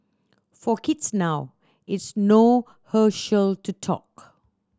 for kids now it's no Herschel no talk